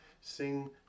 Sing